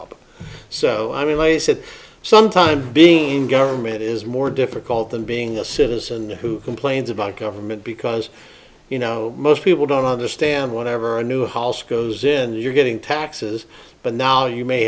up so i mean i said sometimes being government is more difficult than being a citizen who complains about government because you know most people don't understand whenever a new house goes in you're getting taxes but now you may